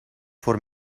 voor